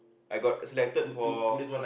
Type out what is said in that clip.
I got selected for